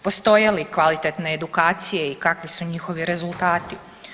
Postoje li kvalitetne edukacije i kakvi su njihovi rezultati?